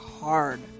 hard